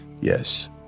yes